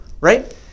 right